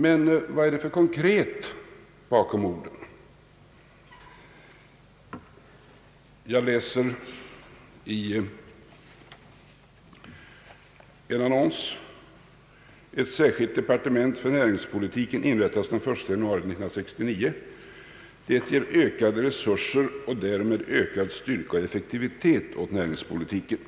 Men vad är det för konkret bakom orden? Jag läser i en annons: »Ett särskilt departement för näringspolitiken inrättas den 1 januari 1969. Det ger ökade resurser och därmed ökad styrka och effektivitet åt näringspolitiken.»